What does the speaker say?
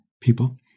people